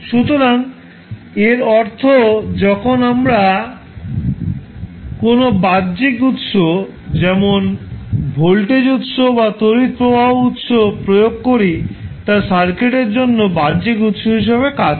সুতরাং এর অর্থ যখন আমরা যখন কোনও বাহ্যিক উত্স যেমন ভোল্টেজ উত্স বা তড়িৎ প্রবাহ উত্স প্রয়োগ করি তা সার্কিটের জন্য বাহ্যিক উত্স হিসাবে কাজ করে